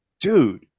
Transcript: dude